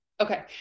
Okay